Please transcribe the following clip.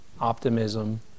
optimism